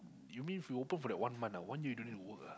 you mean if you open for that one month ah one year you don't need to work ah